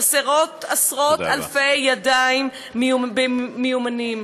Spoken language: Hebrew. חסרות עשרות-אלפי ידיים מיומנות.